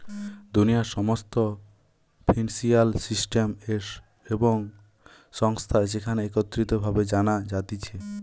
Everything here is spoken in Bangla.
দুনিয়ার সমস্ত ফিন্সিয়াল সিস্টেম এবং সংস্থা যেখানে একত্রিত ভাবে জানা যাতিছে